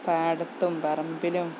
പാടത്തും പറമ്പിലും